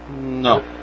No